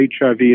HIV